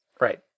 Right